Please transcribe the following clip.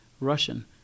Russian